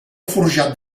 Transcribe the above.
forjat